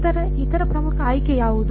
ನಂತರ ಇತರ ಪ್ರಮುಖ ಆಯ್ಕೆ ಯಾವುದು